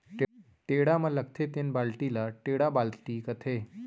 टेड़ा म लगथे तेन बाल्टी ल टेंड़ा बाल्टी कथें